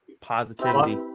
positivity